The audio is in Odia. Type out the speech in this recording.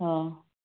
ହଁ